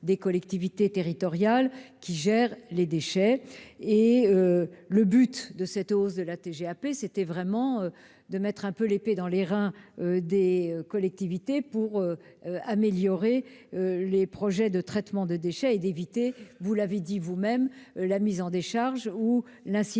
des collectivités territoriales qui gèrent les déchets. De fait, le but de cette hausse de la TGAP était en quelque sorte de presser l'épée dans les reins des collectivités pour améliorer les projets de traitement de déchets et éviter, vous l'avez dit vous-même, la mise en décharge ou l'incinération.